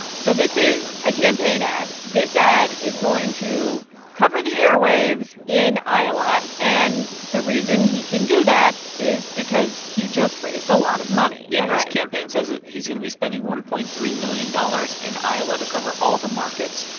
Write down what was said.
so this is a campaign ad. this ad is going to cover the airwaves in iowa. and the reason he can do that is because he just raised a lot of money right yeah. his campaign says that he's going to be spending one point three million dollars in iowa to cover all the markets.